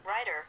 writer